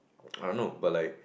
I don't know but like